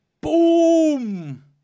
Boom